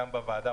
גם בוועדה,